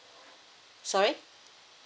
sorry